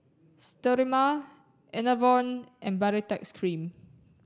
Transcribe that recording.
Sterimar Enervon and Baritex Cream